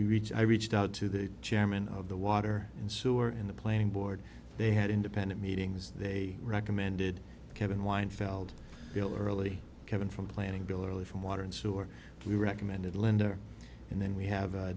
reach i reached out to the chairman of the water and sewer in the planning board they had independent meetings they recommended kevin wine feld bill early kevin from planning bill really from water and sewer we recommended lender and then we have a